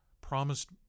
promised